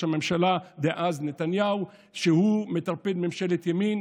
הממשלה דאז נתניהו שהוא מטרפד ממשלת ימין.